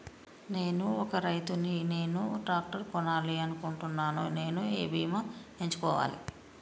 నేను ఒక రైతు ని నేను ట్రాక్టర్ కొనాలి అనుకుంటున్నాను నేను ఏ బీమా ఎంచుకోవాలి?